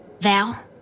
Val